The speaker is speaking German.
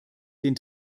den